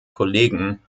kollegen